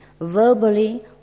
verbally